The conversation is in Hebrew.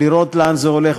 לראות לאן זה הולך.